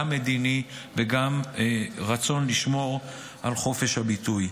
גם מדיני וגם רצון לשמור על חופש הביטוי.